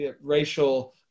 racial